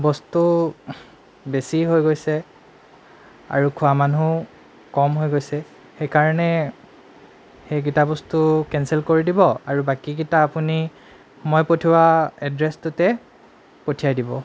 বস্তু বেছি হৈ গৈছে আৰু খোৱা মানুহো কম হৈ গৈছে সেইকাৰণে সেইকেইটা বস্তু কেঞ্চেল কৰি দিব আৰু বাকীকেইটা আপুনি মই পঠিওৱা এড্ৰেছটোতে পঠিয়াই দিব